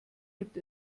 gibt